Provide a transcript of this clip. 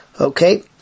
Okay